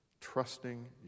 trusting